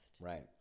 right